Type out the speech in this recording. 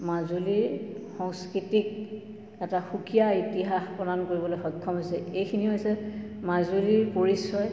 মাজুলীৰ সংস্কৃতিক এটা সুকীয়া ইতিহাস প্ৰদান কৰিবলৈ সক্ষম হৈছে এইখিনি হৈছে মাজুলীৰ পৰিচয়